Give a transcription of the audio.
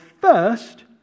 first